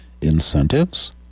Incentives